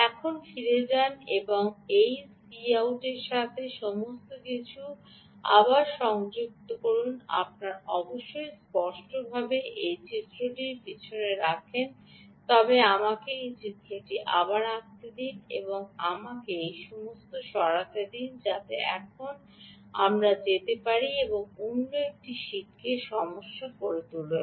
এখন ফিরে যান এবং এই Cout সাথে সমস্ত কিছু আবার সংযুক্ত করুন আপনার অবশ্যই স্পষ্টভাবে আপনি যদি এই চিত্রটি পিছনে রাখেন তবে আমাকে এই চিত্রটি আবার আঁকতে দিন এবং আমাকে এই সমস্ত সরাতে দিন যাতে এখন আমাকে যেতে দিন এবং অন্য একটি শীটটি করে তুলুন